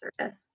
service